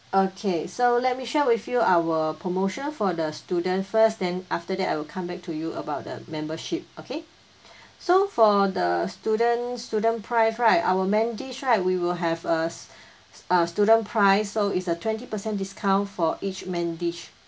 okay so let me share with you our promotion for the student first then after that I will come back to you about the membership okay so for the student student price right our main dish right we will have a uh student price so it's a twenty percent discount for each main dish